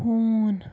ہوٗن